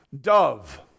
Dove